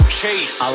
chase